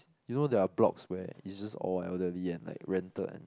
you know there are blocks where is just all elderly and like rented and